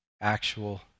actual